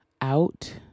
out